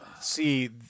see